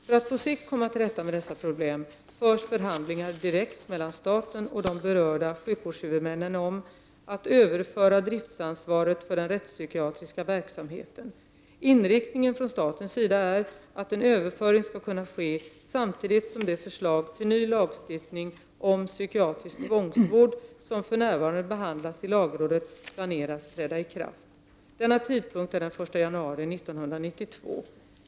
För att på sikt komma till rätta med dessa problem förs förhandlingar direkt mellan staten och de berörda sjukvårdshuvudmännen om att överföra driftsansvaret för den rättspsykiatriska verksamheten. Inriktningen från statens sida är att en överföring skall kunna ske samtidigt som det förslag till ny lagstiftning om psykiatrisk tvångsvård som för närvarande behandlas i lagrådet planeras träda i kraft. Denna tidpunkt är den 1 januari 1992.